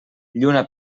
lluna